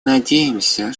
надеемся